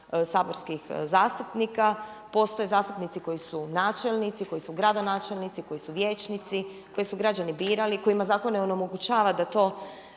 saborskih zastupnika. Postoje zastupnici koji su načelnici, koji su gradonačelnici, koji su vijećnici, koje su građani birali, kojima zakon ne onemogućava da to